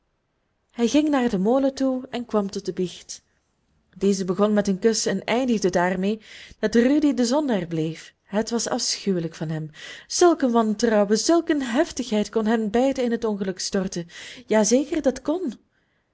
hij ging naar den molen toe en kwam tot de biecht deze begon met een kus en eindigde daarmee dat rudy de zondaar bleef het was afschuwelijk van hem zulk een wantrouwen zulk een heftigheid kon hen beiden in het ongeluk storten ja zeker dat kon